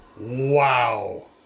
Wow